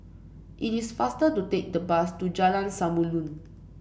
it is faster to take the bus to Jalan Samulun